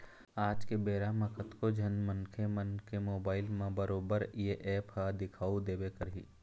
आज के बेरा म कतको झन मनखे मन के मोबाइल म बरोबर ये ऐप ह दिखउ देबे करही